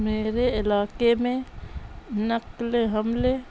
میرے علاقے میں نقل حملے